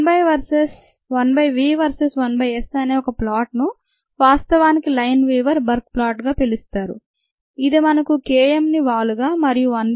1 by v versus 1 by S అనే ఒక plot ను వాస్తవానికి లైన్ వీవర్ బర్క్ ప్లాట్ గా పిలుస్తారు ఇది మనకు K m ని వాలుగా మరియు 1 బై v m ను ఖండితముగా ఇస్తుంది